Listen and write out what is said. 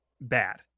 bad